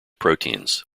proteins